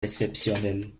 exceptionnels